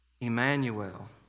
Emmanuel